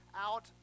out